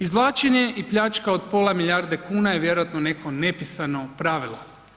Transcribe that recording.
Izvlačenje i pljačka od pola milijarde kuna je vjerojatno neko nepisano pravilo.